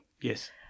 Yes